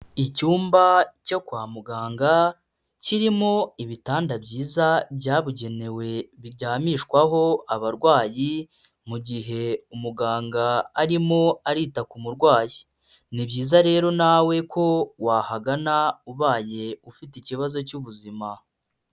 IIcyumba cyo kwa muganga kirimo ibitanda byiza byabugenewe biryamishwaho abarwayi, mu gihe umuganga arimo arita ku murwayi. ni byiza rero nawe ko wahagana ubaye ufite ikibazo cy'ubuzima.